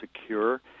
secure